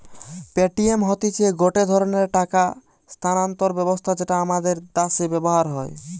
Paytm হতিছে গটে ধরণের টাকা স্থানান্তর ব্যবস্থা যেটা আমাদের দ্যাশে ব্যবহার হয়